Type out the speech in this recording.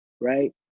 right